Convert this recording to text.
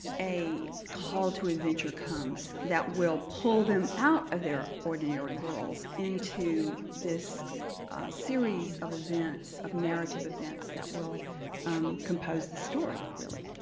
a call to adventure comes that will pull them out of their ordinary worlds into this series of events, of narrative events, that will compose the story, really.